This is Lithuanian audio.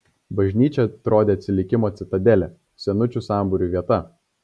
bažnyčia atrodė atsilikimo citadelė senučių sambūrių vieta